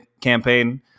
campaign